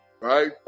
right